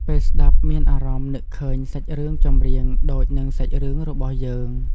ពេលស្តាប់មានអារម្មណ៍នឹកឃើញសាច់រឿងចម្រៀងដូចនិងសាច់រឿងរបស់យើង។